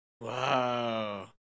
Wow